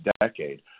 decade